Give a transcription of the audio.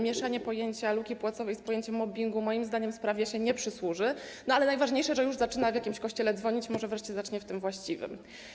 Mieszanie pojęcia luki płacowej z pojęciem mobbingu moim zdaniem sprawie się nie przysłuży, ale najważniejsze, że już zaczyna w jakimś kościele dzwonić i może wreszcie zacznie w tym właściwym.